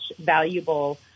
valuable